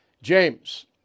James